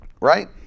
Right